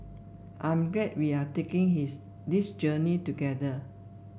I'm glad we are taking his this journey together